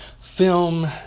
film